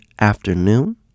afternoon